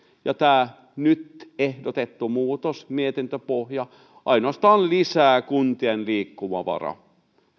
ja tämä nyt ehdotettu muutos mietintöpohja ainoastaan lisää kuntien liikkumavaraa